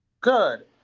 Good